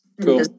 Cool